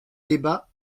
débat